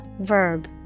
verb